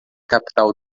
capital